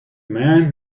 man